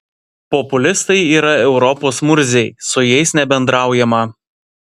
populistai yra europos murziai su jais nebendraujama